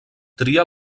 tria